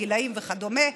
הגילים וכדומה,